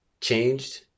changed